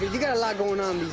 you got a lot going on these